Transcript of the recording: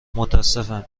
متاسفم